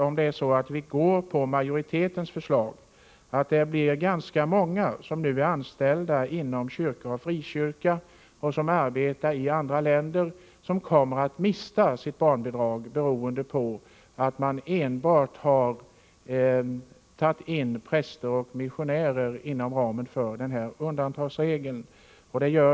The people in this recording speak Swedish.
Om vi följer majoritetens förslag kommer ganska många som nu är anställda av svenska kyrkan och av frikyrkor och som arbetar i andra länder att mista sitt barnbidrag. Det beror på att utskottets majoritet enbart har tagit in präster och missionärer inom ramen för undantagsregeln.